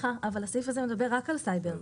הסעיף הזה מדבר רק על סייבר.